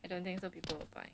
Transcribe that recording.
I don't think so people will buy